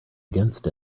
against